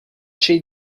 cei